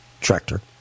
tractor